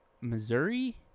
Missouri